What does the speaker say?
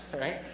right